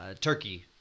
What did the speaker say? turkey